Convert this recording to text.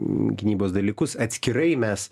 gynybos dalykus atskirai mes